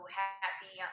happy